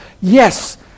Yes